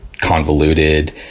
convoluted